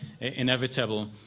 inevitable